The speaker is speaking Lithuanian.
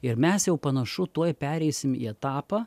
ir mes jau panašu tuoj pereisim į etapą